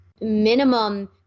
minimum